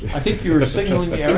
i think you were signaling me,